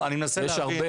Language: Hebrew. אז אני מנסה להבין.